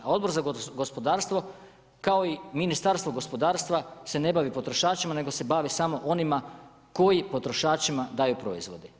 A Odbor za gospodarstvo kao i Ministarstvo gospodarstva se ne bavi potrošačima, nego se bavi samo onima koji potrošačima daju proizvode.